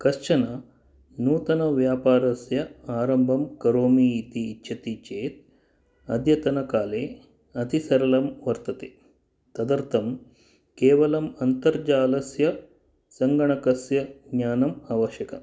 कश्चन नूतनव्यापारस्य आरम्भं करोमि इति इच्छति चेत् अद्यतनकाले अतिसरलं वर्तते तदर्थं केवलम् अन्तर्जालस्य सङ्गणकस्य ज्ञानम् आवश्यकम्